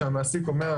שמעסיק אומר,